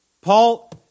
Paul